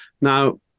Now